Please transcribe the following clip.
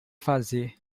fazer